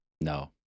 No